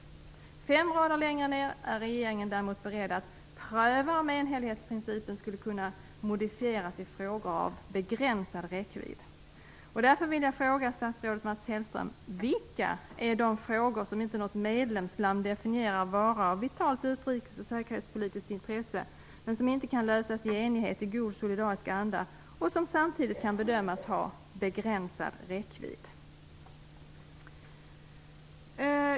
Fem rader längre ner är regeringen däremot beredd att "pröva om enhällighetsprincipen skulle kunna modifieras i frågor av begränsad räckvidd". Vilka är de frågor som inte något medlemsland definierar vara av vitalt utrikes och säkerhetspolitiskt intresse men som inte kan lösas i enighet i god solidarisk anda och som samtidigt kan bedömas ha "begränsad räckvidd"?